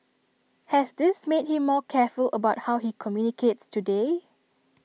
has this made him more careful about how he communicates today